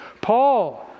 Paul